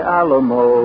Alamo